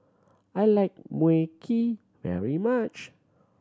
I like Mui Kee very much